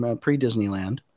pre-disneyland